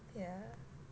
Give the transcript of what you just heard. yeah